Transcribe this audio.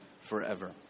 forever